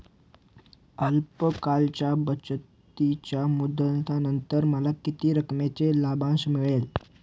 अल्प काळाच्या बचतीच्या मुदतीनंतर मला किती रकमेचा लाभांश मिळेल?